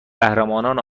قهرمانان